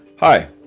Hi